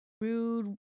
rude